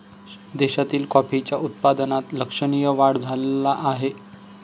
देशातील कॉफीच्या उत्पादनात लक्षणीय वाढ झाला आहे